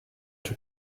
the